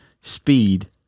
speed